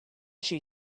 she